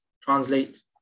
Translate